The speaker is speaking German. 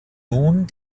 nun